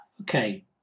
Okay